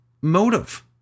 motive